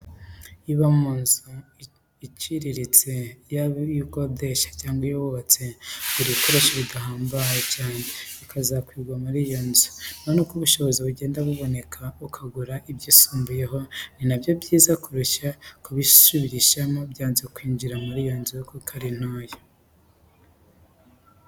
Iyo uba mu nzu iciriritse, yaba iyo ukodesha cg iyo wubatse, ugura ibikoresho bidahambaye cyane, bizakwirwa muri iyo nzu, noneho uko ubushobozi bugenda buboneka, ukagura ibyisumbyeho ni byo byiza kurusha kubisubirishamo byanze kwinjira mu nzu, kuko ari ntoya.